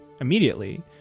immediately